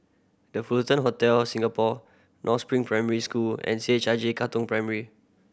The Fullerton Hotel Singapore North Spring Primary School and C H I J Katong Primary